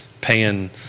paying